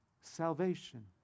salvation